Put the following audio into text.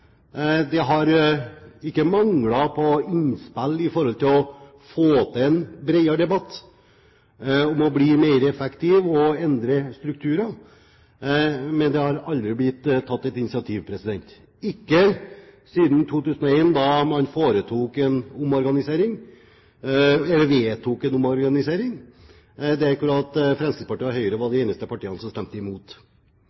Det har ikke manglet på innspill for å få til en bredere debatt om å bli mer effektiv og å endre strukturer, men det har aldri blitt tatt et initiativ – ikke siden 2001, da man vedtok en omorganisering, der Fremskrittspartiet og Høyre var de